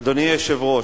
אדוני היושב-ראש,